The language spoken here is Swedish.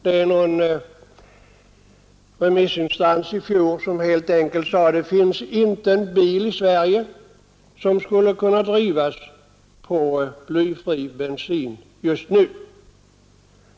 Någon remissinstans uttalade i fjol att det helt enkelt inte finns en enda bil i Sverige som skulle kunna drivas på blyfri bensin.